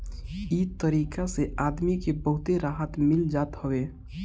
इ तरीका से आदमी के बहुते राहत मिल जात हवे